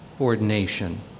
ordination